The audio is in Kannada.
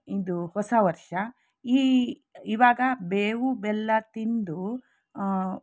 ಇದು ಹೊಸ ವರ್ಷ ಈ ಇವಾಗ ಬೇವು ಬೆಲ್ಲ ತಿಂದು